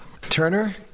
Turner